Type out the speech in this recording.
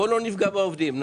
בואו לא נפגע בעובדים.